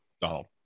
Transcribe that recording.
Donald